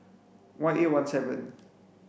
one eight one seven